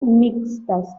mixtas